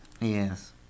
Yes